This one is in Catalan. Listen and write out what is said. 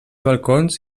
balcons